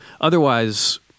Otherwise